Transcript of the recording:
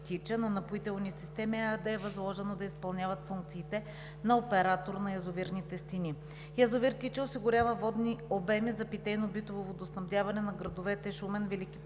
„Тича“, на „Напоителни системи“ ЕАД е възложено да изпълнява функциите на оператор на язовирните стени. Язовир „Тича“ осигурява водни обеми за питейно-битово водоснабдяване на градовете Шумен, Велики Преслав,